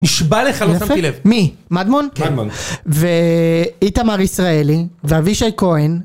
נשבע לך, לא שמתי לב. מי? מדמון? כן, מדמון. ואיתמר ישראלי, ואבישי כהן...